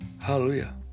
Hallelujah